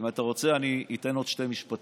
אם אתה רוצה, אני אתן עוד שני משפטים.